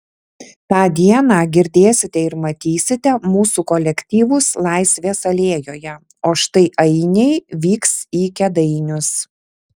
tą dieną girdėsite ir matysite mūsų kolektyvus laisvės alėjoje o štai ainiai vyks į kėdainius